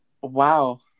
Wow